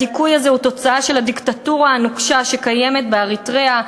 הדיכוי הזה הוא תוצאה של הדיקטטורה הנוקשה שקיימת באריתריאה,